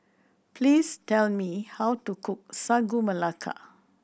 please tell me how to cook Sagu Melaka